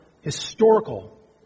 historical